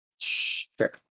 Sure